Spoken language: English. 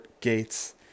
Gates